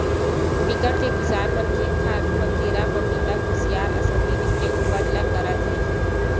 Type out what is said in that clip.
बिकट के किसान मन खेत खार म केरा, पपिता, खुसियार असन जिनिस के उपज ल करत हे